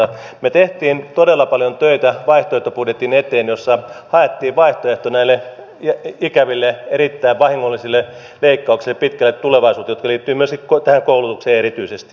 me teimme todella paljon töitä vaihtoehtobudjetin eteen jossa haettiin vaihtoehto näille ikäville erittäin vahingollisille leikkauksille pitkälle tulevaisuuteen jotka liittyvät myöskin tähän koulutukseen erityisesti